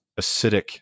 acidic